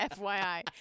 FYI